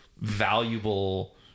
valuable